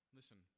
Listen